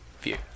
view